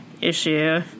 issue